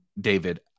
David